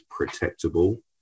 protectable